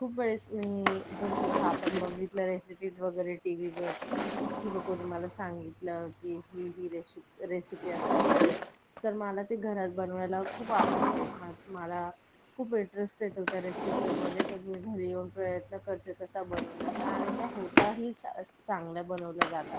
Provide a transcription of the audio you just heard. खूप वेळेस मी जर कुठे आपण बघितलं रेसिपीज वगैरे टी व्हीवर किंवा कोणी मला सांगितलं की ही ही रेसिपी असं असते तर मला ते घरात बनवायला खूप आवडते मला खूप इंटरेस्ट येतो त्या रेसिपीमध्ये मग मी घरी येऊन प्रयत्न करते तसा बनवण्याचा आणि त्या होतातही चां चांगल्या बनवल्या जातात